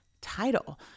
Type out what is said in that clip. title